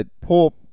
Poor